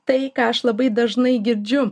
tai ką aš labai dažnai girdžiu